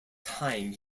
time